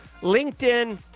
linkedin